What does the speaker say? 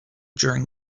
during